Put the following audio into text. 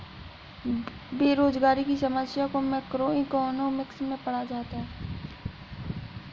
बेरोजगारी की समस्या को भी मैक्रोइकॉनॉमिक्स में ही पढ़ा जाता है